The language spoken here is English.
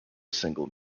single